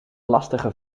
lastige